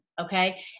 okay